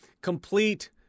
complete